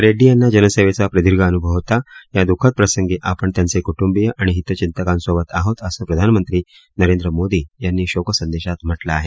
रेड्डी यांना जनसेवेचा प्रदीर्घ अनुभव होता या दुःखद प्रसंगी आपण त्यांचे कुटूंबिय आणि हितचितकांसोबत आहोत असं प्रधानमंत्री नरेंद्र मोदी यांनी शोक संदेशात म्हटलं आहे